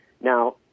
now